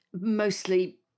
Mostly